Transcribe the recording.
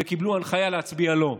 וקיבלו הנחיה להצביע לא.